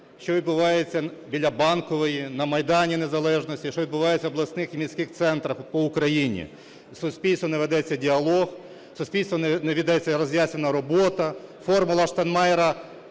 що відбувається біля Банкової, на Майдані Незалежності, що відбувається в обласних і міських центрах по Україні. В суспільстві не ведеться діалог, в суспільстві не ведеться роз'яснювальна робота, "формула Штайнмайєра"